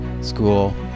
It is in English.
school